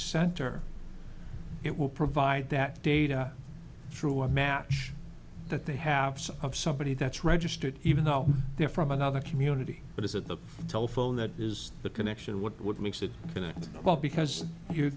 center it will provide that data through a match that they have some of somebody that's registered even though they're from another community but it's at the telephone that is the connection what would makes it connect well because you're